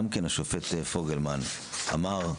גם השופט פוגלמן אמר,